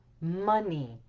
money